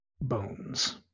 bones